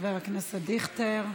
לחבר הכנסת דיכטר.